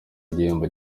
igihembo